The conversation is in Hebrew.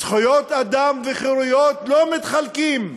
זכויות אדם וחירויות לא מתחלקות.